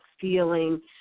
feeling